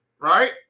right